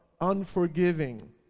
unforgiving